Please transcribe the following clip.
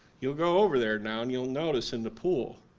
you'll go over there now and you'll notice in the pool,